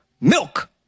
milk